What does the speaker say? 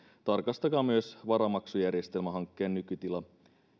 tarkastakaa myös varamaksujärjestelmähankkeen nykytila